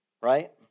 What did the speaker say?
right